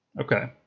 Okay